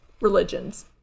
religions